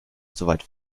soweit